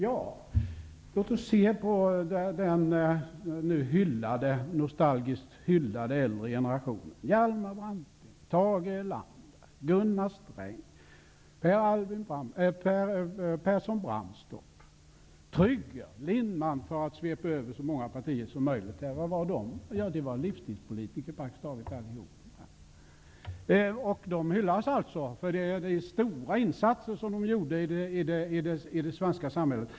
Ja, låt oss då se på den nostalgiskt hyllade äldre generationen, som Trygger och Lindman, för att svepa över så många partier som möjligt. Vad var de? Jo, praktiskt taget alla var livstidspolitiker, och de hyllades för de stora insatser som de gjorde i det svenska samhället.